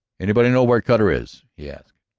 anybody know where cutter is? he asked.